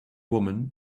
woman